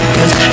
Cause